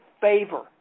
favor